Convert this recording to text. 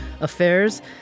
Affairs